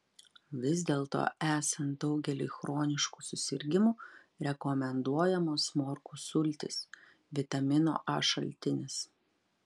vis dėlto esant daugeliui chroniškų susirgimų rekomenduojamos morkų sultys vitamino a šaltinis